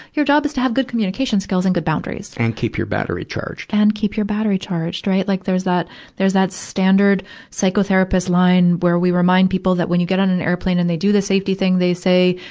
your job is to have good communication skills and good boundaries. and keep your battery charged. and keep your battery charged, right. like there's that there's that standard psychotherapist line where we remind people that when you get on an airplane and they do the safety thing, they say,